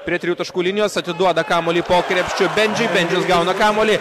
prie trijų taškų linijos atiduoda kamuolį po krepšiu bendžiui bendžius gauna kamuolį